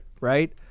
Right